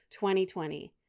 2020